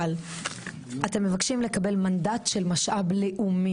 אבל אתם מבקשים לקבל מנדט של משאב לאומי